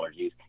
allergies